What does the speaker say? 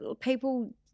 people